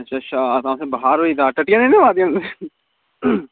अच्छा ते बखार होई एह्दा टट्टियां ते नीं होआ दियां हैन